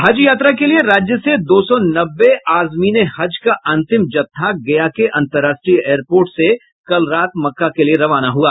हज यात्रा के लिये राज्य से दो सौ नब्बे आजमीन ए हज का अंतिम जत्था गया के अंतरराष्ट्रीय एयरपोर्ट से कल रात मक्का के लिए रवाना हुआ